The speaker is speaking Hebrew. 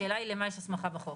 השאלה היא למה יש הסמכה בחוק.